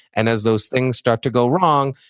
and as those things start to go wrong,